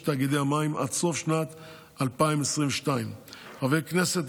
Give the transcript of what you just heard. תאגידי המים עד סוף שנת 2022. חברי הכנסת,